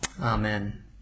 amen